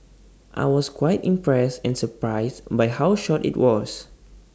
I was quite impressed and surprised by how short IT was